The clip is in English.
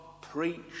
preach